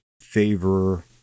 favor